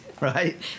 right